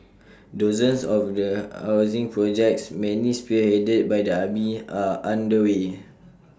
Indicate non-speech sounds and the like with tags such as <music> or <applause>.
dozens of <unintelligible> housing projects many spearheaded by the army are underway